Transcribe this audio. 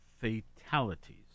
fatalities